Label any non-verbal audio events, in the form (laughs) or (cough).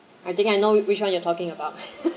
I think I know which one you're talking about (laughs)